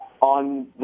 On